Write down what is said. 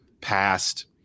past